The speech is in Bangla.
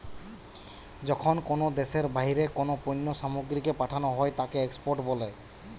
যখন কোনো দ্যাশের বাহিরে কোনো পণ্য সামগ্রীকে পাঠানো হই তাকে এক্সপোর্ট বলে